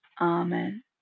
Amen